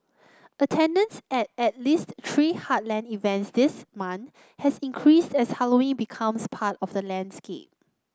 attendance at at least three heartland events this month has increased as Halloween becomes part of the landscape